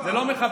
זה לא מכבד.